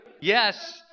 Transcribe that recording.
Yes